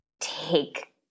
take